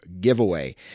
giveaway